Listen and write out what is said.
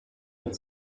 had